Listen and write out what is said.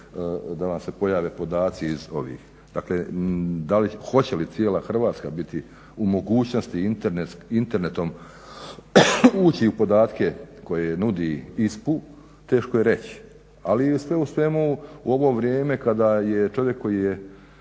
da vam se pojave podaci iz ovih. Dakle, hoće li cijela Hrvatska biti u mogućnosti internetom ući u podatke koje nudi ISPU teško je reći. Ali sve u svemu u ovo vrijeme kada je čovjek koji ne